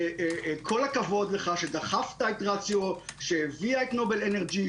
כל הכבוד לך שדחפת את רציו שהביאה את נובל אנרג'י